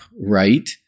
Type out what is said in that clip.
right